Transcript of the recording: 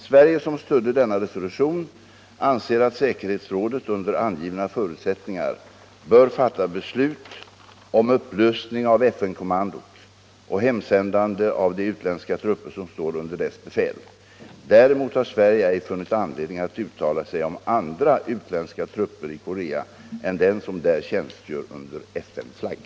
Sverige, som stödde denna resolution, anser att säkerhetsrådet under angivna förutsättningar bör fatta beslut om upplösning av FN-kommandot och hemsändande av de utländska trupper som står under dess befäl. Däremot har Sverige ej funnit anledning att uttala sig om andra utländska trupper i Korea än den som där tjänstgör under FN-flagg.